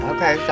Okay